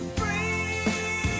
free